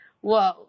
Whoa